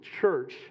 church